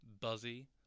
buzzy